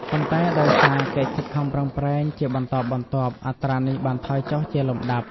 ប៉ុន្តែដោយសារកិច្ចខិតខំប្រឹងប្រែងជាបន្តបន្ទាប់ អត្រានេះបានថយចុះជាលំដាប់។